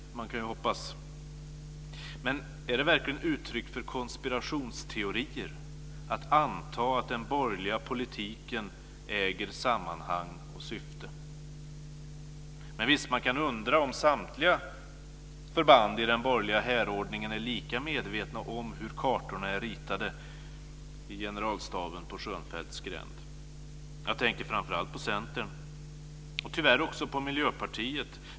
Man kan ju hoppas. Men är det verkligen uttryck för konspirationsteorier att anta att den borgerliga politiken äger sammanhang och syfte? Visst, man kan undra om samtliga förband i den borgerliga härordningen är lika medvetna om hur kartorna är ritade i generalstaben på Schönfeldts gränd. Jag tänker framför allt på Centern och tyvärr också på Miljöpartiet.